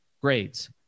Grades